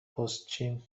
پستچیم